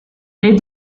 les